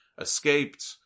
escaped